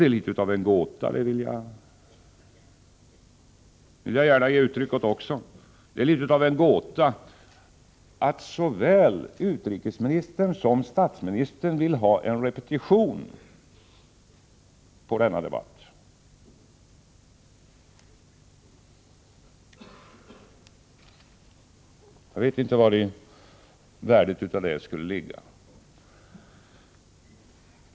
Det är litet av en gåta, det vill jag gärna ge uttryck åt här också, att såväl utrikesministern som statsministern vill ha en repetition av denna debatt. Jag vet inte vari värdet av det skulle ligga.